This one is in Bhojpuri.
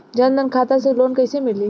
जन धन खाता से लोन कैसे मिली?